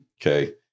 Okay